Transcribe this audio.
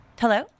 hello